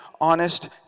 honest